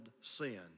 sin